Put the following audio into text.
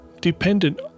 Dependent